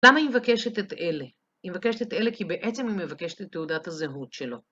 למה היא מבקשת את אלה? היא מבקשת את אלה כי בעצם היא מבקשת את תעודת הזהות שלו.